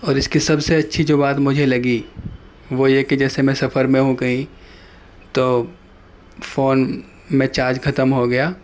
اور اس کی سب سے اچھی جو بات مجھے لگی وہ یہ کہ جیسے میں سفر میں ہوں کہیں تو فون میں چارج ختم ہو گیا